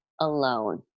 alone